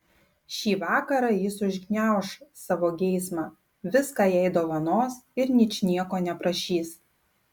šį vakarą jis užgniauš savo geismą viską jai dovanos ir ničnieko neprašys